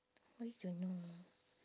why you don't know